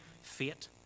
fate